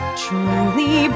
truly